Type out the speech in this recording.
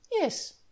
yes